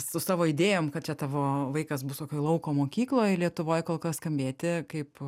su savo idėjom kad čia tavo vaikas bus kokioj lauko mokykloj lietuvoj kol kas skambėti kaip